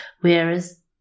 whereas